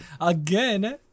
again